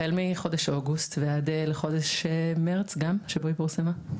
החל מחודש אוגוסט ועד לחודש מרס שבו היא פורסמה,